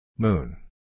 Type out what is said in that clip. Moon